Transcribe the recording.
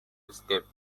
escaped